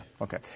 Okay